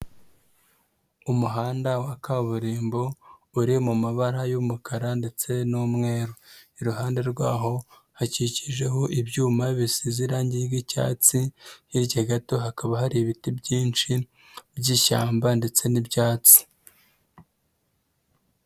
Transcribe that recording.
Umuhanda wa kaburimbo uri mu mabara y'umukara ndetse n'umweru. Iruhande rwaho hakikijeho ibyuma bisize irangi ry'icyatsi, hirya gato hakaba hari ibiti byinshi by'ishyamba, ndetse n'ibyatsi.